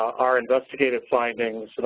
our investigative findings, so